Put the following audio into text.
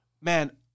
man